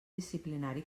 disciplinari